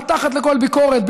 מתחת לכל ביקורת,